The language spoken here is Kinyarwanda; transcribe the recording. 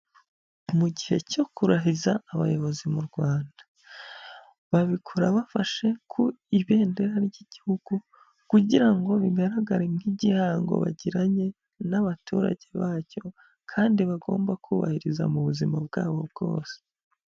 Mu gihe cyo kurahiza abayobozi mu Rwanda, babikora bafashe ku ibendera ry'igihugu kugira ngo bigaragare nk'igihango bagiranye n'abaturage bacyo kandi bagomba kubahiriza mu buzima bwabo bwose.